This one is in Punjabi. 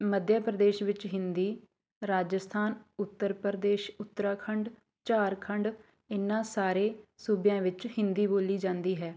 ਮੱਧ ਪ੍ਰਦੇਸ਼ ਵਿੱਚ ਹਿੰਦੀ ਰਾਜਸਥਾਨ ਉੱਤਰ ਪ੍ਰਦੇਸ਼ ਉੱਤਰਾਖੰਡ ਝਾਰਖੰਡ ਇਹਨਾਂ ਸਾਰੇ ਸੂਬਿਆਂ ਵਿੱਚ ਹਿੰਦੀ ਬੋਲੀ ਜਾਂਦੀ ਹੈ